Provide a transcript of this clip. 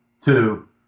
two